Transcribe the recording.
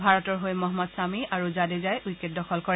ভাৰতৰ হৈ মহম্মদ ছামী আৰু জাদেজাই উইকেট দখল কৰে